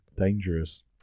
dangerous